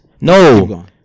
No